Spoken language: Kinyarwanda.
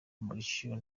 melchior